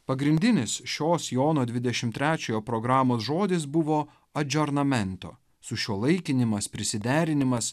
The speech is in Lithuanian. pagrindinis šios jono dvidešimtrečiojo programos žodis buvo adžornamento sušiuolaikinimas prisiderinimas